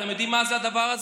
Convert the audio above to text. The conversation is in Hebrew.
אתם יודעים מה זה הדבר הזה?